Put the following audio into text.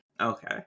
Okay